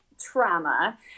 trauma